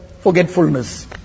forgetfulness